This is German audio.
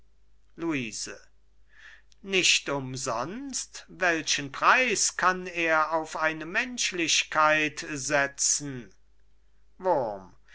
luise nicht umsonst welchen preis kann er auf eine menschlichkeit setzen wurm